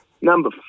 Number